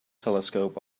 telescope